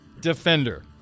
defender